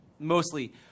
mostly